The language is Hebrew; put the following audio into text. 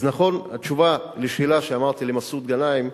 אז נכון, התשובה לשאלה שאמרתי למסעוד גנאים,